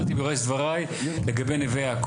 כמו שאני רואה את זה וכמו התחלתי בראש דבריי לגבי נווה יעקב,